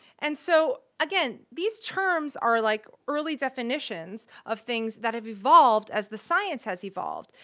and so, again, these terms are like early definitions of things that have evolved as the science has evolved.